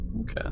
okay